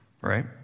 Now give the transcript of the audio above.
right